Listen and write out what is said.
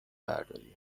برداری